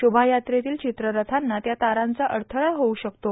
शोभायात्रेतील चित्ररथांना त्या तारांचा अडथछा होऊ शकतो